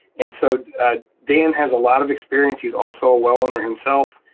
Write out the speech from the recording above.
and so dan has a lot of experience. he's also a well owner himself.